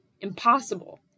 Impossible